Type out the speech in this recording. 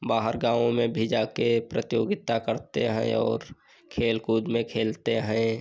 बाहर गाँव में भी जा के प्रतियोगिता करते हैं और खेलकूद में खेलते हैं